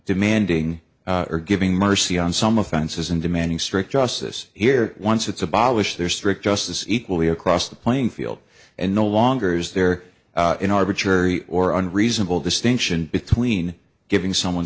demanding or giving mercy on some offenses and demanding strict justice here once it's abolish their strict justice equally across the playing field and no longer is there an arbitrary or unreasonable distinction between giving someone